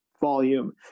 volume